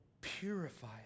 purify